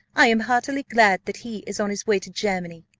i am heartily glad that he is on his way to germany.